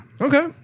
Okay